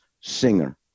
singer